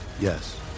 Yes